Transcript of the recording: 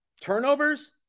turnovers